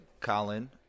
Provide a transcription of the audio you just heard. Colin